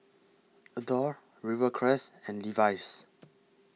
Adore Rivercrest and Levi's